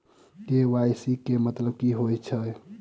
KYC केँ मतलब की होइ छै?